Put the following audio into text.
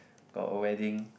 got a wedding